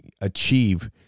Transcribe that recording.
achieve